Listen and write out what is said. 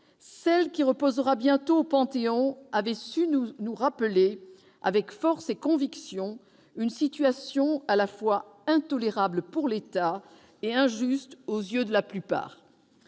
Celle qui reposera bientôt au Panthéon avait su nous rappeler, avec force et conviction, une situation à la fois intolérable pour l'État et injuste aux yeux de la plupart.